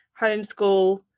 homeschool